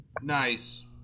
Nice